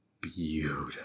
beautiful